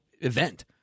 event